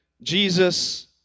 Jesus